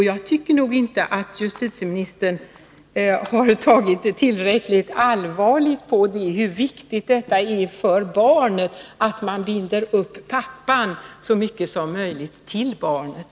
Jag tycker inte att justitieministern har tagit tillräckligt allvarligt på hur viktigt det är för barnet att pappan så mycket som möjligt binds upp till barnet.